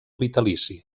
vitalici